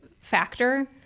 factor